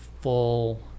full